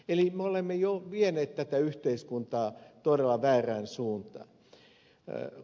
eli me olemme jo vieneet tätä yhteiskuntaa todella väärään suuntaan